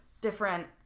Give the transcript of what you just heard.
different